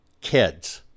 kids